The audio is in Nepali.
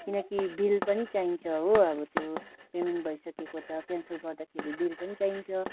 किनकि बिल पनि चाहिन्छ हो अब त्यो पेमेन्ट भइसकेको त क्यान्सल गर्दाखेरि बिल पनि चाहिन्छ